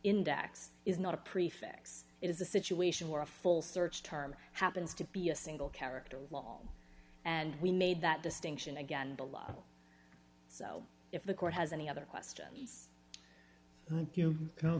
index is not a prefix it is a situation where a full search term happens to be a single character and we made that distinction again below so if the court has any other questions you know